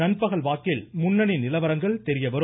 நண்பகல் வாக்கில் முன்னணி நிலவரங்கள் தெரியவரும்